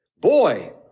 boy